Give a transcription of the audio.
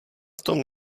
tom